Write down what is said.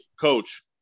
coach